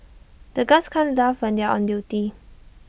the guards can't laugh when they are on duty